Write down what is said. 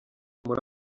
muri